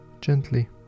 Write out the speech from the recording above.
gently